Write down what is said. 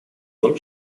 том